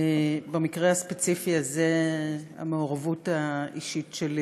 במקרה הספציפי הזה, המעורבות האישית שלי